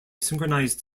synchronized